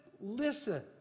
Listen